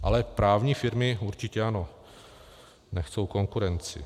Ale právní firmy určitě ano, nechtějí konkurenci.